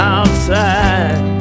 Outside